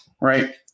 right